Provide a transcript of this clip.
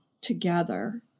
together